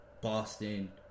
Boston